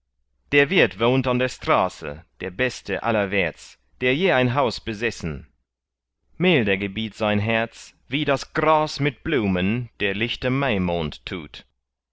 der wirt wohnt an der straße der beste allerwärts der je ein haus besessen milde gebiert sein herz wie das gras mit blumen der lichte maimond tut